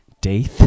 Date